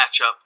matchup